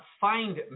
find